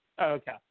Okay